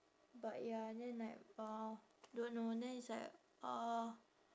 but ya then like uh don't know then it's like uh